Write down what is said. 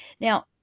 Now